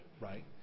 right